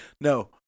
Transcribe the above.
No